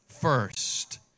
first